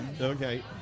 Okay